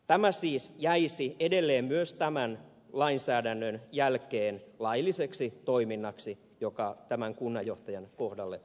tämä siis jäisi edelleen myös tämän lainsäädännön jälkeen lailliseksi toiminnaksi joka tämän kunnanjohtajan kohdalle koitui